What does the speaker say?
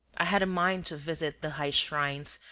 i had a mind to visit the high shrines,